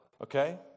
okay